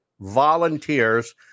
volunteers